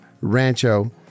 Rancho